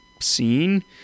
scene